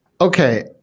okay